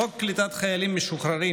חוק קליטת חיילים משוחררים,